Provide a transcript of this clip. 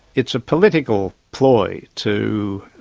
it's a political ploy to